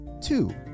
two